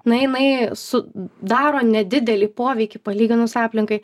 na jinai sudaro nedidelį poveikį palyginus aplinkai